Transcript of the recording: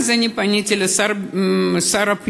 אני פניתי לשר הפנים,